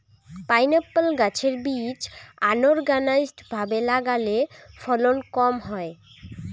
pineapple গাছের বীজ unorganised ভাবে লাগালে ফলন কম হয়